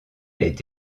est